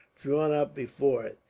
drawn up before it.